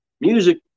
Music